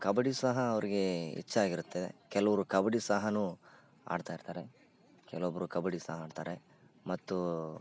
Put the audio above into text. ಕಬ್ಬಡಿ ಸಹ ಅವರಿಗೆ ಹೆಚ್ಚಾಗಿರುತ್ತೆ ಕೆಲವರು ಕಬ್ಬಡಿ ಸಹ ಆಡ್ತಾ ಇರ್ತಾರೆ ಕೆಲವೊಬ್ಬರು ಕಬ್ಬಡಿ ಸಹ ಆಡ್ತಾರೆ ಮತ್ತು